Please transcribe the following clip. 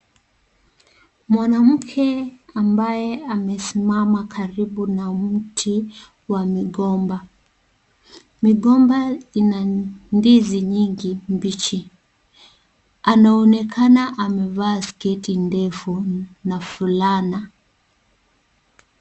Mwanamke ambaye amesimama karibu na mti wa migomba. Migomba ina ndizi mingi mbichi. Anaonekana amevaa sketi ndefu, na fulana.